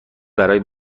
برای